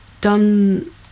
done